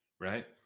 right